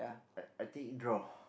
uh I take you draw